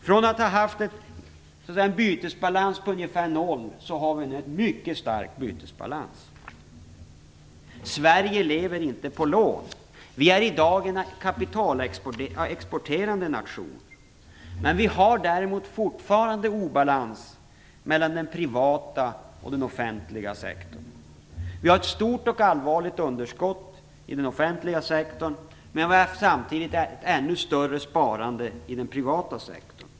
Från att ha haft en bytesbalans på ungefär noll har vi nu en mycket stark bytesbalans. Sverige lever inte på lån. Vårt land är i dag en kapitalexporterande nation. Däremot har vi fortfarande en obalans mellan den privata och den offentliga sektorn. Vi har ett stort och allvarligt underskott i den offentliga sektorn men samtidigt ett ännu större sparande i den privata sektorn.